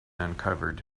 uncovered